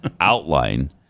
outline